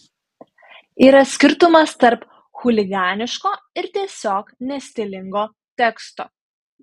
yra skirtumas tarp chuliganiško ir tiesiog nestilingo teksto